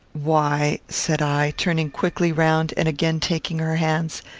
why, said i, turning quickly round and again taking her hands,